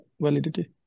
validity